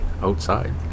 outside